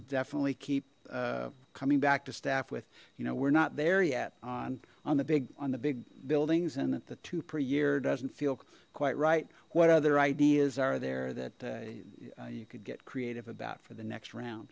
definitely keep coming back to staff with you know we're not there yet on on the big on the big buildings and that the per year doesn't feel quite right what other ideas are there that you could get creative about for the next round